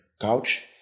couch